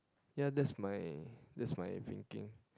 ya that's my that's my thinking